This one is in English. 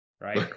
right